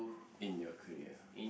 in your career